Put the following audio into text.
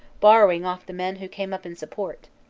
borrowing off the men who came up in support.